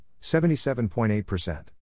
77.8%